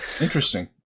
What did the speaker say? interesting